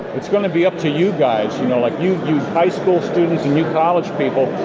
it's going to be up to you guys. you know but you you high-school students and you college people,